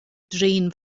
drin